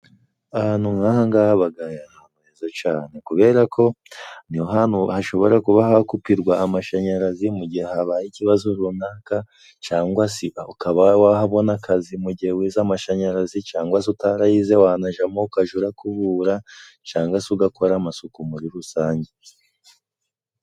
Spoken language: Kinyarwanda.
Ahantu nk'aha ng'aha habaga heza cane, kubera ko niho hantu hashobora kuba hakupirwa amashanyarazi mu gihe habaye ikibazo runaka, cangwa se ukaba wahabona akazi mu gihe wize amashanyarazi, cangwa se utariyize wanajagamo ukaja uranakubura cangwa se ugakora amasuku muri rusange.